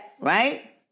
right